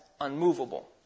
unmovable